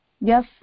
Yes